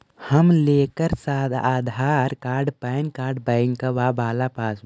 हम लेकर Aadhaar card PAN card बैंकवा वाला पासबुक?